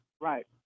Right